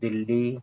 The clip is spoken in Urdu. دلّی